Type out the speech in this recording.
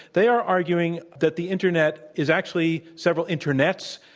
they're arguing that the internet is actually several internets,